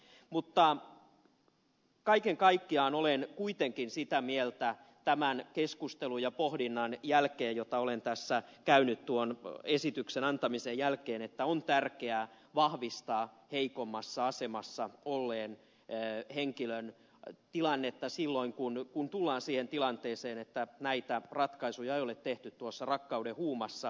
mutta kaiken kaikkiaan olen kuitenkin sitä mieltä tämän keskustelun ja pohdinnan jälkeen jota olen tässä käynyt tuon esityksen antamisen jälkeen että on tärkeää vahvistaa heikommassa asemassa olleen henkilön tilannetta silloin kun tullaan siihen tilanteeseen että näitä ratkaisuja ei ole tehty tuossa rakkauden huumassa